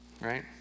Right